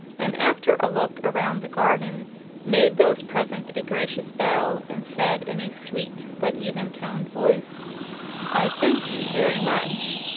and after a look around the garden made those present a gracious bow and said, in a sweet but even toned voice i thank you very much.